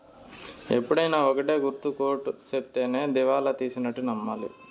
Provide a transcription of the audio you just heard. ఎప్పుడైనా ఒక్కటే గుర్తు కోర్ట్ సెప్తేనే దివాళా తీసినట్టు నమ్మాలి